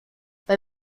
bei